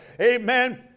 Amen